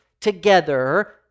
together